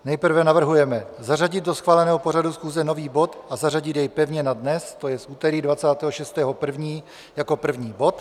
Nejprve navrhujeme zařadit do schváleného pořadu schůze nový bod a zařadit jej pevně na dnes, to jest úterý 26. 1., jako první bod.